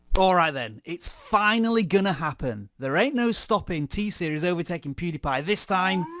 alright then, it's finally gonna happen. there ain't no stopping t-series overtaking pewdiepie this time.